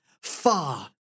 far